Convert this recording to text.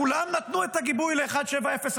כולם נתנו את הגיבוי ל-1701,